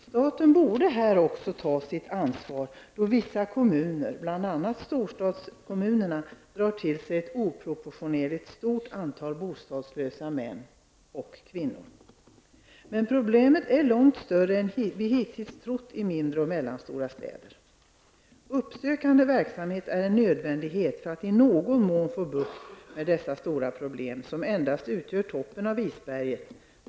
Staten borde också ta sitt ansvar här eftersom vissa kommuner, bl.a. storstadskommunerna, drar till sig ett oproportionerligt stort antal bostadslösa män och kvinnor. Problemet är långt större än vad vi hittills trott i mindre och mellanstora städer. Uppsökande verksamhet är en nödvändighet för att i någon mån få bukt med dessa stora problem som endast utgör toppen av isberget.